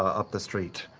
up the street,